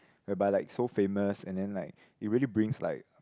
whereby like so famous and then like it really brings like